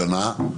שנה.